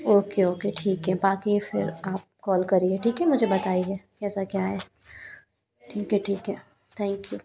okay okay ठीक है बाक़ी फिर आप कॉल करिए ठीक है मुझे बताइए कैसा क्या है ठीक है ठीक है थैंक यू